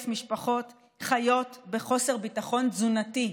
משפחות חיות בחוסר ביטחון תזונתי.